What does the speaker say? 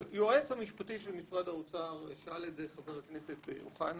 היועץ המשפטי של משרד האוצר שאל את זה חבר הכנסת אוחנה